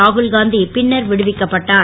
ராகுல் காந்தி பின்னர் விடுவிக்கப்பட்டார்